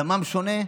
דמם שונה?